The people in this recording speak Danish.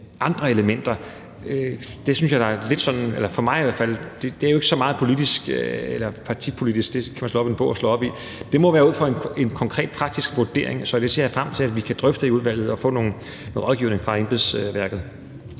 andre elementer – det er jo ikke så meget partipolitisk; det kan man slå op i en bog og se – må afgøres ud fra en konkret og praktisk vurdering. Så jeg ser frem til, at vi kan drøfte det i udvalget, og at vi kan få noget rådgivning fra embedsværket.